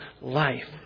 life